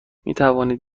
میتوانید